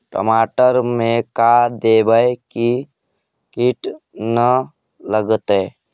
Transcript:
टमाटर में का देबै कि किट न लगतै?